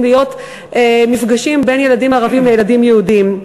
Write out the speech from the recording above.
להיות מפגשים בין ילדים ערבים לילדים יהודים.